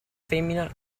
femmina